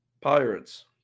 Pirates